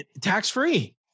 Tax-free